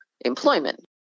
employment